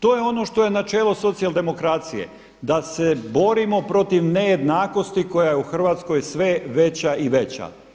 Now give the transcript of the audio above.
To je ono što je načelo socijaldemokracije da se borimo protiv nejednakosti koja je u Hrvatskoj sve veća i veća.